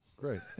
Great